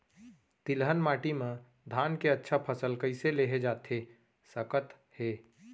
तिलहन माटी मा धान के अच्छा फसल कइसे लेहे जाथे सकत हे?